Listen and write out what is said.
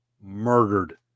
murdered